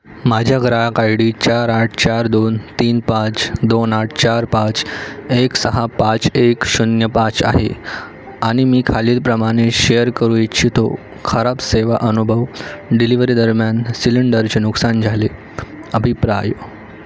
माझ्या ग्राहक I D चार आठ चार दोन तीन पाच दोन आठ चार पाच एक सहा पाच एक शून्य पाच आहे आनि मी खालील प्रमाणे शेअर करू इच्छितो खराब सेवा अनुभव डिलिव्हरी दरम्यान सिलेंडरचे नुकसान झाले अभिप्राय